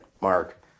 Mark